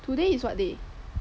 today is what day